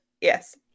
yes